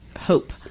hope